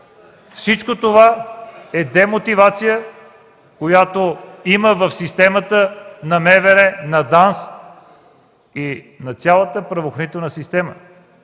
Всичко това е демотивация в системата на МВР, ДАНС и на цялата правоохранителна система.